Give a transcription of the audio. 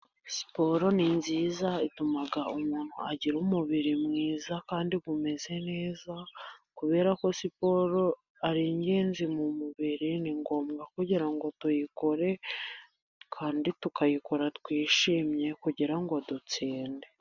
Siporo ni nziza, ituma umuntu agira umubiri mwiza kandi umeze neza, kubera ko siporo ari ingenzi mu mubiri, ni ngombwa kugira ngo tuyikore, kandi tukayikora twishimye kugira ngo dutsinde.